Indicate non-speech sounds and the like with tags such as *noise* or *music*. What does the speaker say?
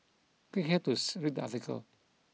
click here to *unintelligible* read the article